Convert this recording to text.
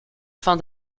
fin